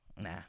Nah